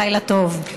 לילה טוב.